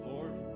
Lord